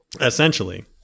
essentially